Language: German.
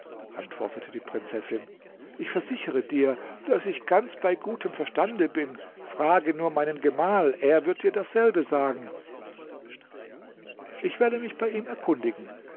antwortete die prinzessin ich versichere dir daß ich ganz bei gutem verstande bin frage nur meinen gemahl er wird dir dasselbe sagen ich werde mich bei ihm erkundigen